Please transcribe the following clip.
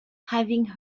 having